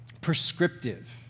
prescriptive